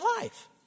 life